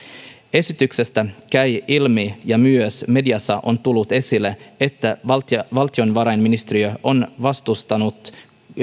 esityksestä käy ilmi ja myös mediassa on tullut esille että valtiovarainministeriö on vastustanut